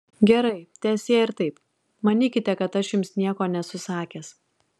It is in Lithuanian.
gerai teesie ir taip manykite kad aš jums nieko nesu sakęs